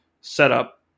setup